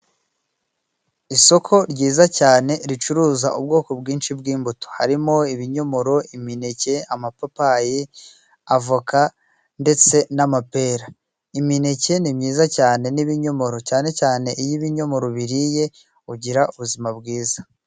Isoko ryiza cyane ricuruza ubwoko bwinshi bw'imbuto harimo ibinyomoro, imineke, amapapayi, avoka ndetse n'amapera. Imineke ni myiza cyane n'ibinyomoro cyane cyane iyo ibinyomoro ubiriye ugira ubuzima bwiza.